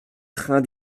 train